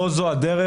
לא זו הדרך,